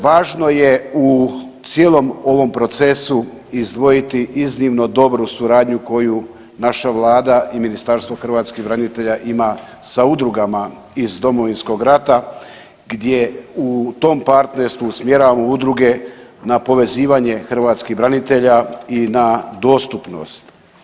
Važno je u cijelom ovom procesu izdvojiti iznimno dobru suradnju koju naša Vlada i Ministarstvo hrvatskih branitelja ima sa udrugama iz Domovinskog rata gdje u tom partnerstvu usmjeravamo udruge na povezivanje hrvatskih branitelja i na dostupnost.